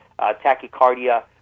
tachycardia